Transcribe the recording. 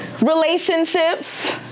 relationships